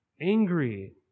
angry